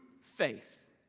faith